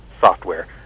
software